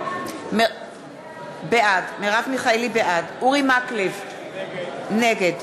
בעד אורי מקלב, נגד